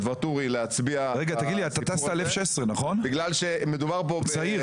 ואטורי להצביע בסיפור הזה בגלל שמדובר פה בטבריה.